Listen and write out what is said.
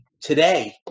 Today